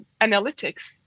analytics